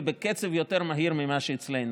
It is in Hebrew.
ובקצב יותר מהיר ממה שאצלנו.